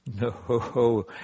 No